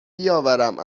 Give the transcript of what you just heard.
بیاورم